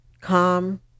calm